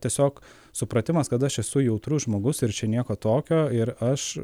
tiesiog supratimas kad aš esu jautrus žmogus ir čia nieko tokio ir aš